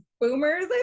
boomers